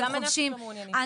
של החובשים.